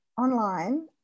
online